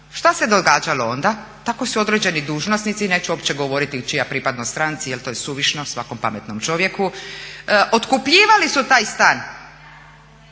Šta se događalo onda? Tako su određeni dužnosnici, neću uopće govoriti čija pripadnost stranci, jer to je suvišno svakom pametnom čovjeku, otkupljivali su taj stan.